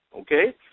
okay